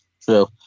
true